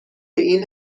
این